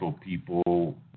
people